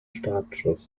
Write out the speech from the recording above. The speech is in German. startschuss